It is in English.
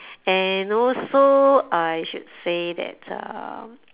and also I should say that uh